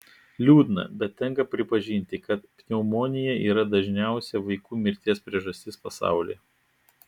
liūdna bet tenka pripažinti kad pneumonija yra dažniausia vaikų mirties priežastis pasaulyje